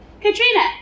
Katrina